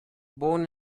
born